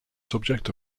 subject